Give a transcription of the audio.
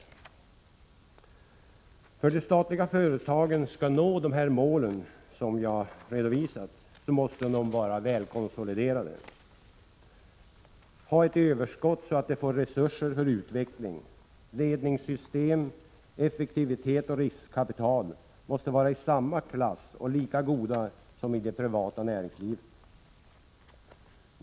För att de statliga företagen skall nå dessa av mig redovisade mål måste de vara välkonsoliderade, ha ett överskott så att de får resurser för utveckling. Ledningssystem, effektivitet och riskkapital måste vara i samma klass och lika goda som i det privata näringslivet.